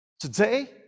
today